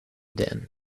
din